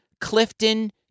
Clifton